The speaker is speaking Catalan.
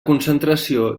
concentració